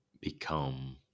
become